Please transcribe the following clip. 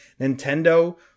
Nintendo